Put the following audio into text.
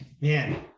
Man